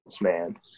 man